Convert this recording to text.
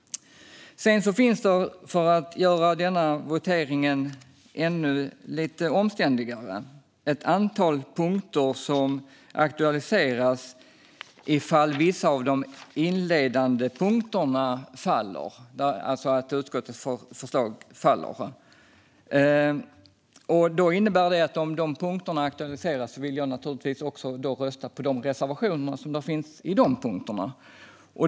Sedan finns det för att göra denna votering ännu lite mer omständlig ett antal punkter som aktualiseras ifall vissa av de inledande punkterna faller, alltså om utskottets förslag gör det. Det innebär att om de punkterna aktualiseras vill jag naturligtvis också rösta på de reservationer som finns i de punkterna.